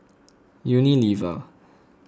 Unilever